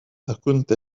أكنت